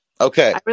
Okay